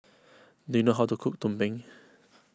do you know how to cook Tumpeng